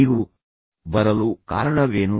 ನೀವು ಬರಲು ಕಾರಣವೇನು